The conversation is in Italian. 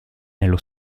nello